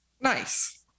Nice